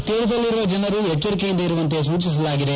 ತೀರದಲ್ಲಿರುವ ಜನರು ಎಚ್ಲರಿಕೆ ಇಂದ ಇರುವಂತೆ ಸೂಚಿಸಲಾಗಿದೆ